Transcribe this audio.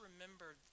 remember